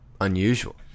unusual